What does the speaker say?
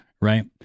Right